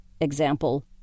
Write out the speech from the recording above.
Example